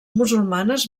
musulmanes